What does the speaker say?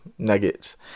nuggets